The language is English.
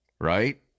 right